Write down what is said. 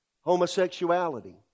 Homosexuality